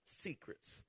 secrets